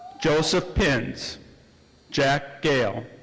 joseph pins jack gehl.